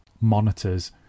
monitors